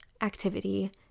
activity